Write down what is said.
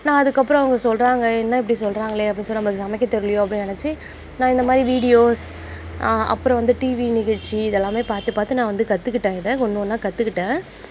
நான் அதுக்கப்புறம் அவங்க சொல்கிறாங்களே என்ன இப்படி சொல்கிறாங்களே அப்படி சொல்லி நமக்கு சமைக்க தெரிலயோ அப்படின்னு நினைச்சி நான் இந்த மாதிரி வீடியோஸ் அப்புறம் வந்து டிவி நிகழ்ச்சி இதெல்லாமே பார்த்துப் பார்த்து நான் வந்து கற்றுக்கிட்டேன் இதை ஒன்று ஒன்றா கற்றுக்கிட்டேன்